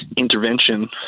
intervention